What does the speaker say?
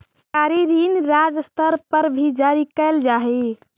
सरकारी ऋण राज्य स्तर पर भी जारी कैल जा हई